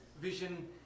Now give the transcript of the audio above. vision